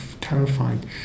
terrified